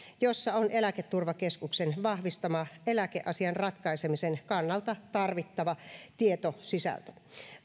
jossa on eläketurvakeskuksen vahvistama eläkeasian ratkaisemisen kannalta tarvittava tietosisältö